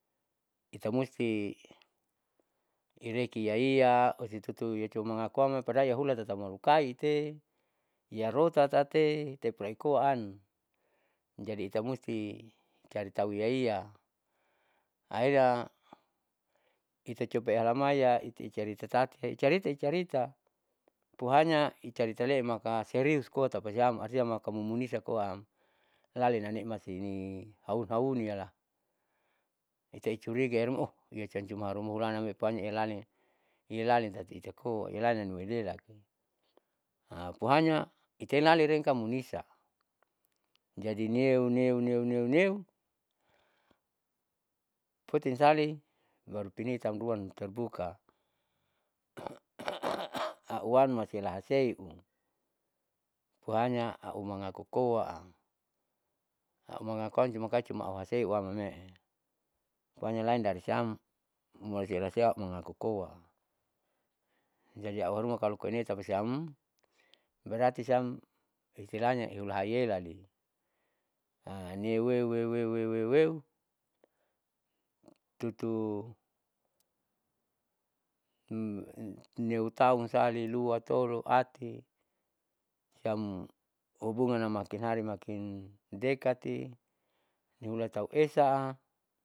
Itai musti irekiiyaiya osetutu iyacuman mangakuam koa padahal iahulan tatamalukaite iyarotatate tepolaikoaan jadi itai musti cari tahu iyaiya ahirnya itai coba ialamiia itaicarita tati, icarita icarita pohanya icaritale'e maka serius koa tapasiam artinya maka momunisakoaam lali nane'e masini auauniala itai curiga auharuma oh iyajanji mahruma ulanamme'e pohanya ilalin, iyalalin tati itaikoa iyalalin naniwailelate pohanya itai lalinrenka munisa jadi nieu nieu nieu nieu nieu, potinsali baru pinahiit siamruam terbuka auwan maselahaseiun pohanya au mangaku koaam au mangakuam cuma mangkali cuma auhaseuwam mame'e. pohanya lain dari siam mulaseasea mangaku koa jadi auharuma kalo koine'e tapasiam berarti siam istilahnya iulahailelai niuweuweuweuweu tutu neutau sali lua tolo ati siam hubungannam makinhari makin dekati nihulatau esa.